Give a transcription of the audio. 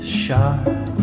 sharp